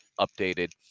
updated